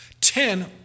Ten